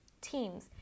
teams